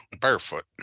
barefoot